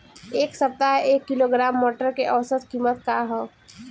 एक सप्ताह एक किलोग्राम मटर के औसत कीमत का ह?